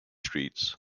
streets